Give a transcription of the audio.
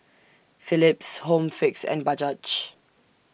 Philips Home Fix and Bajaj